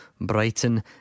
Brighton